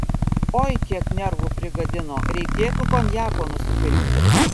oi kiek nervų prigadino reikėtų konjako nusipirkti